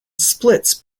splits